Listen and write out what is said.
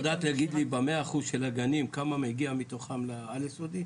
את יכולה להגיד לי ב-100% של הגנים כמה מגיע מתוכם לעל יסודי?